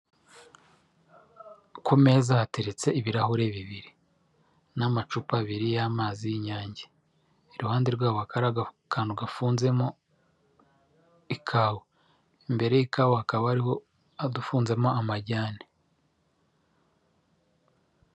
Ku meza hateretse ibirahure bibiri, n'amacupa abiri y'amazi y'inyange, iruhande rwabo hakaba hari kantu gafunzemo ikawa, imbere y'ikawa hakaba hariho udufunzemo amajyane.